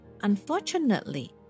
Unfortunately